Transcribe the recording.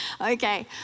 Okay